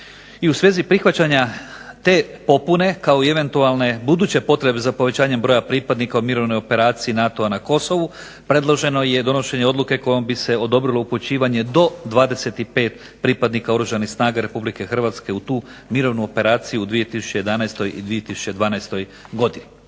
i u svezi prihvaćanja te popune kao i eventualne buduće popune za povećanjem broja pripadnika u mirovnoj operaciji NATO-a na Kosovu predloženo je donošenje odluke kojom bi se odobrilo upućivanje do 25 pripadnika Oružanih snaga RH u tu mirovnu operaciju u 2011. i 2012. godini.